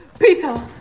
Peter